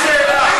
את